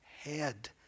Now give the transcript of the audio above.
head